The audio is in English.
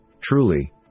truly